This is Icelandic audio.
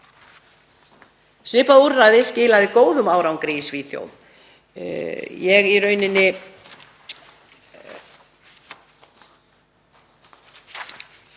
Svipað úrræði skilaði góðum árangri í Svíþjóð. Ég ætla í rauninni